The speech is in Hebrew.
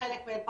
חלק מהן פחות,